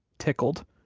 tickled,